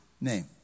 name